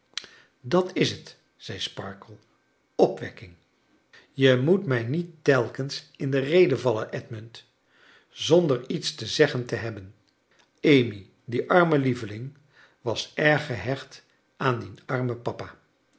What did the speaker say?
dat is zei sparkler opwekking je moet mij niet telkens in de rede vallen edmund zonder lets te seggen te hebben amy die arme lieveling was erg gehecht aan dien armen papa